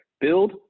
Build